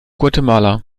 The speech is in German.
guatemala